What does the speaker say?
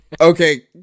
okay